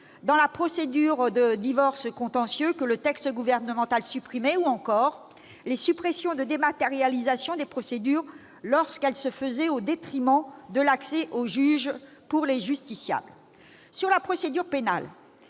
dans la procédure de divorce contentieux, que le texte gouvernemental supprimait. Nous approuvons aussi la suppression de la dématérialisation de certaines procédures lorsqu'elle se faisait au détriment de l'accès au juge pour les justiciables. Sur la procédure pénale,